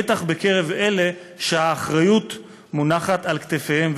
בטח בקרב אלה שהאחריות מונחת על כתפיהם,